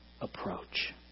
approach